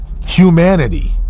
humanity